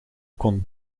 kon